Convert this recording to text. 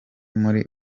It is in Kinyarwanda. muri